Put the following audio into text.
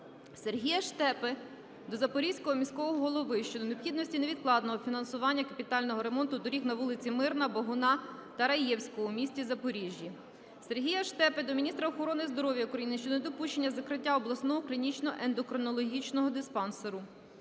Сергія Штепи до Запорізького міського голови щодо необхідності невідкладного фінансування капітального ремонту доріг по вулицях Мирна, Богуна та Раєвського в місті Запоріжжя. Сергія Штепи до міністра охорони здоров'я України щодо недопущення закриття Обласного клінічного ендокринологічного диспансеру.